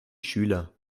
schüler